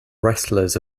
wrestlers